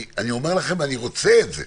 אני אומר לכם: אני רוצה את זה.